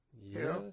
Yes